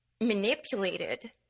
manipulated